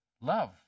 love